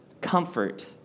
comfort